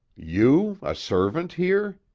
you, a servant here?